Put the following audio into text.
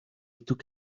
took